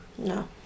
No